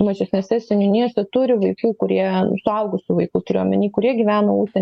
mažesnėse seniūnijose turi vaikų kurie suaugusius vaikus turiu omeny kurie gyvena užsieny